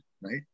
right